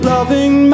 Loving